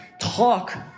talk